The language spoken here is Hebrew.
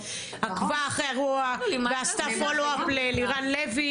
עקבה אחרי האירוע ועשתה פולו אפ ללירן לוי